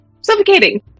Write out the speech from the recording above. Suffocating